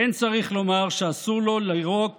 ואין צריך לומר שאסור לו לירוק